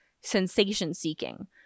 sensation-seeking